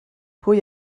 pwy